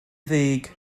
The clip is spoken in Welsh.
ddig